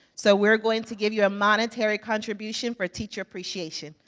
so we're going to give you a monetary contribution for teacher appreciation,